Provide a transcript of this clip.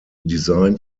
designed